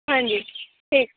ਹਾਂਜੀ ਠੀਕ